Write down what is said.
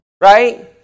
Right